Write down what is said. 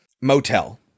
motel